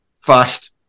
fast